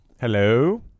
hello